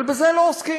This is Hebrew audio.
אבל בזה לא עוסקים.